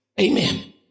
Amen